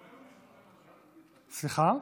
סליחה?